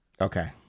okay